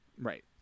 right